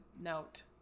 note